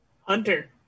Hunter